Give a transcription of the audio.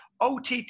OTT